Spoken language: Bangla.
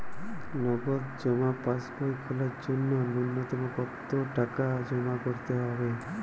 নগদ জমা পাসবই খোলার জন্য নূন্যতম কতো টাকা জমা করতে হবে?